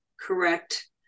correct